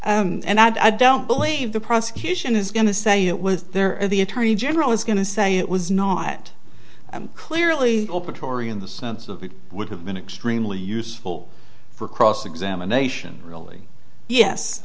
tory and i don't believe the prosecution is going to say it was there the attorney general is going to say it was not clearly open torrey in the sense of it would have been extremely useful for cross examination really yes